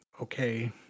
okay